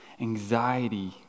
anxiety